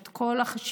את כל החשיבות